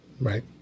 Right